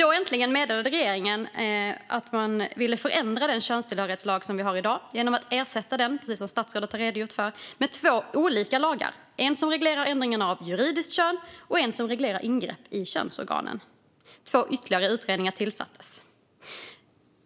Då meddelade regeringen äntligen att man ville förändra den könstillhörighetslag som vi har i dag genom att, precis som statsrådet har redogjort för, ersätta den med två olika lagar - en som reglerar ändringen av juridiskt kön och en som reglerar ingrepp i könsorganen. Två ytterligare utredningar tillsattes.